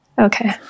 Okay